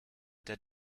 der